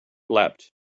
leapt